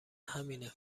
همینه